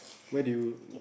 where did you